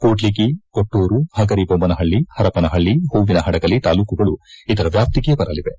ಕೂಡ್ಲಿಗಿ ಕೊಟ್ಟೂರು ಪಗರಿಬೊಮ್ಮನಹಳ್ಳಿ ಹರಪನಹಳ್ಳಿ ಹೂವಿನಹಡಗಲಿ ತಾಲ್ಲೂಕುಗಳು ಇದರ ವ್ಯಾಪ್ತಿಗೆ ಬರಲಿವೆ